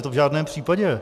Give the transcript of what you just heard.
To v žádném případě.